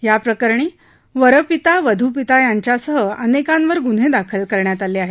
या प्रकरणी वरपिता वधुपिता यांच्यासह अनेकांवर गुन्हे दाखल करण्यात आले आहेत